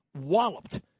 walloped